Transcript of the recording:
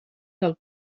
del